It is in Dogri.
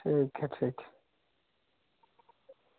ठीक ऐ ठीक ऐ ठीक